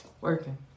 Working